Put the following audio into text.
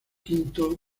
siglo